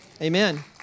Amen